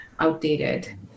outdated